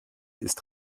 ist